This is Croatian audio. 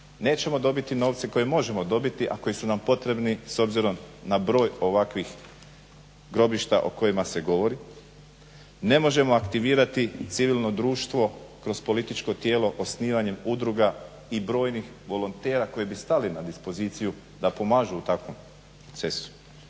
Nećemo dobiti novce koje možemo dobiti, a koji su nam potrebni s obzirom na broj ovakvih grobišta o kojima se govori, ne možemo aktivirati civilno društvo kroz političko tijelo osnivanjem udruga i brojnih volontera koji bi stali na dispoziciju da pomažu u takvom procesu.